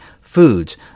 foods